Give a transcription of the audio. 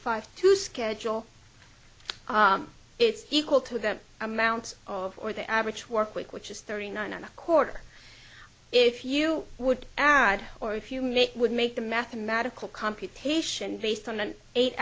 five to schedule it's equal to them amount of or the average workweek which is thirty nine and a quarter if you would add or if you make would make the mathematical computation based on an eight